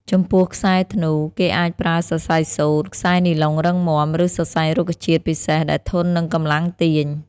ចំពោះខ្សែធ្នូ គេអាចប្រើសរសៃសូត្រ ខ្សែនីឡុងរឹងមាំ ឬសរសៃរុក្ខជាតិពិសេសដែលធន់នឹងកម្លាំងទាញ។